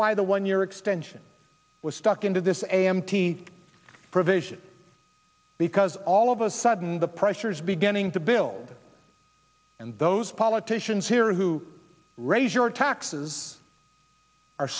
why the one year extension was stuck into this a m t provision because all of a sudden the pressure is beginning to build and those politicians here who raise your taxes are